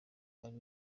ari